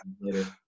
later